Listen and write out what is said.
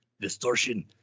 distortion